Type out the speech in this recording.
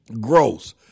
gross